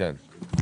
בוקר טוב לכולם.